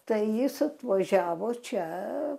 tai jis atvažiavo čia